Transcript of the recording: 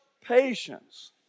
patience